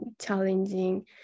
challenging